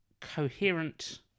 coherent